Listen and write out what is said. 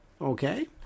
Okay